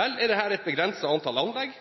Vel er dette et begrenset antall anlegg,